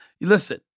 Listen